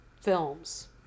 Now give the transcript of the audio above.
films